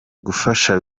gufasha